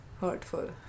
hurtful